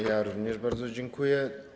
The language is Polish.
Ja również bardzo dziękuję.